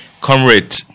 Comrade